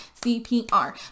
CPR